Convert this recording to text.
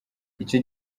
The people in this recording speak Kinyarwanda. icyo